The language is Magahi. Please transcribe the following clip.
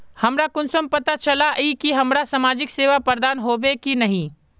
हमरा कुंसम पता चला इ की हमरा समाजिक सेवा प्रदान होबे की नहीं?